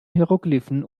hieroglyphen